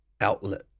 outlet